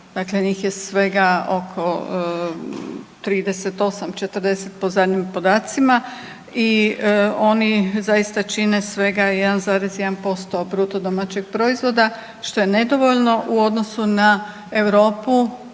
dakle njih je svega oko 38, 40 po zadnjim podacima i oni zaista čine svega 1,1% BDP-a što je nedovoljno u odnosu na Europu